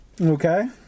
Okay